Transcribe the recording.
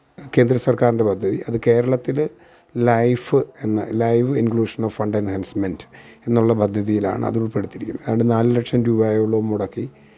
കേന്ദ്ര സര്ക്കാരിന്റെ പദ്ധതി അത് കേരളത്തിൽ ലൈഫ് എന്ന് live inclusion of fund enhancement എന്നുള്ള പദ്ധതിയിലാണ് അതു ഉള്പ്പെടുത്തിയിരിക്കുന്നത് ഏതാണ്ട് നാല് ലക്ഷം രൂപയോളോം മുടക്കി